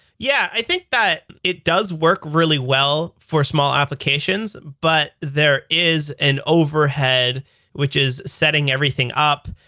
yeah. i think that it does work really well for small applications, but there is an overhead which is setting everything up.